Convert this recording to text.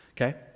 okay